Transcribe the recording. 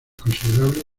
considerables